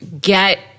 get